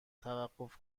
توقف